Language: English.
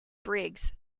briggs